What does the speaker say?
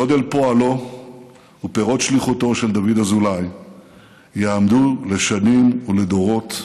גודל פועלו ופירות שליחותו של דוד אזולאי יעמדו לשנים ולדורות.